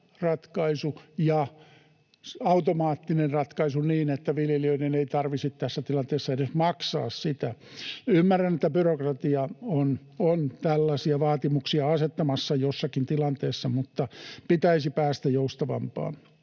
ratkaisu ja automaattinen ratkaisu niin, että viljelijöiden ei tarvitsisi tässä tilanteessa edes maksaa sitä. Ymmärrän, että byrokratia on tällaisia vaatimuksia asettamassa jossakin tilanteessa, mutta pitäisi päästä joustavampaan.